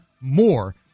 more